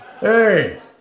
Hey